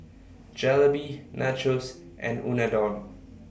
Jalebi Nachos and Unadon